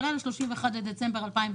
כולל מן הישיבה שנערכה ב-31 בדצמבר 2017,